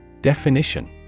Definition